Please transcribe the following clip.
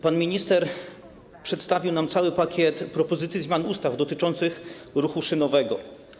Pan minister przedstawił nam cały pakiet propozycji zmian ustaw dotyczących ruchu szynowego.